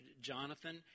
Jonathan